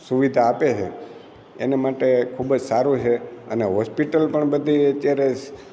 સુવિધા આપે છે એની માટે ખૂબજ સારું છે અને હોસ્પિટલ પણ બધી અત્યારે